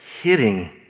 hitting